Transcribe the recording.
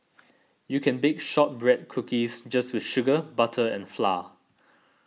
you can bake Shortbread Cookies just with sugar butter and flour